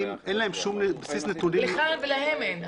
אין להם שום בסיס נתונים --- לך ולהם אין,